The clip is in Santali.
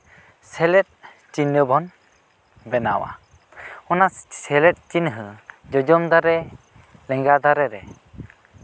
ᱥᱮᱞᱮᱫ ᱪᱤᱱᱦᱟᱹ ᱵᱚᱱ ᱵᱮᱱᱟᱣᱟ ᱚᱱᱟ ᱥᱮᱞᱮᱫ ᱪᱤᱱᱦᱟᱹ ᱡᱚᱡᱚᱢ ᱫᱷᱟᱨᱮ ᱞᱮᱸᱜᱟ ᱫᱷᱟᱨᱮ ᱨᱮ